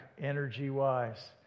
energy-wise